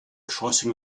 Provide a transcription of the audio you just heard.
crossing